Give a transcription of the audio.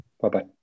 Bye-bye